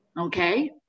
okay